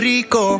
Rico